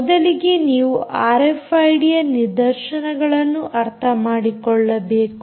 ಮೊದಲಿಗೆ ನೀವು ಆರ್ಎಫ್ಐಡಿಯ ನಿದರ್ಶನಗಳನ್ನು ಅರ್ಥಮಾಡಿಕೊಳ್ಳಬೇಕು